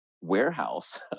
warehouse